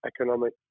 economic